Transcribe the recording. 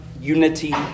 unity